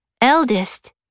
eldest